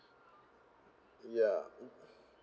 ya